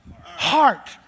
heart